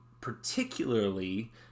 particularly